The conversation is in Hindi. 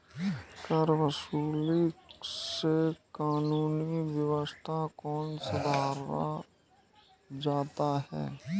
करवसूली से कानूनी व्यवस्था को सुधारा जाता है